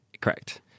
Correct